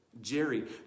Jerry